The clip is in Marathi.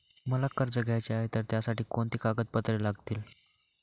मला कर्ज घ्यायचे आहे तर त्यासाठी कोणती कागदपत्रे लागतील?